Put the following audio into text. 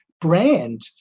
brand